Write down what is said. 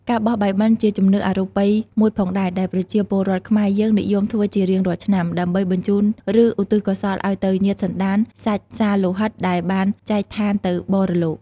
ការបោះបាយបិណ្ឌជាជំនឿអរូបិយមួយផងដែរ ដែលប្រជាពលរដ្ឋខ្មែរយើងនិយមធ្វើជារៀងរាល់ឆ្នាំ ដើម្បីបញ្ជូនឬឧទ្ទិសកុសលឱ្យទៅញាតិសន្ដានសាច់សាលោហិតដែលបានចែកឋានទៅបរលោក។